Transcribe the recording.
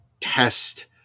test